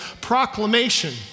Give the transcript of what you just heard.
proclamation